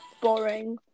boring